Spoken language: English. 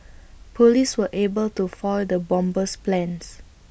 Police were able to foil the bomber's plans